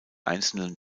einzelnen